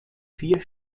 vier